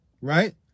Right